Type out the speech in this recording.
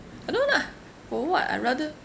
I don't want lah for what I rather